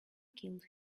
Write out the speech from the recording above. killed